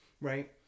right